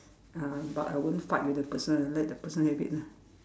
ah but I won't fight with the person I let the person have it ah